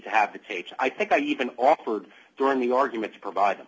to have the case i think i even offered during the argument to provide them